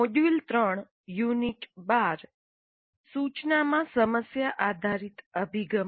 module 3 unit 12 સૂચનામાં સમસ્યા આધારિત અભિગમ